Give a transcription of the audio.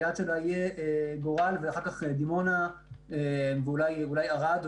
היעד שלה יהיה גורל ואחר כך דימונה או אולי ערד,